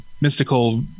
mystical